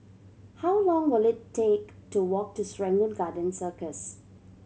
how long will it take to walk to Serangoon Garden Circus